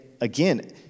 again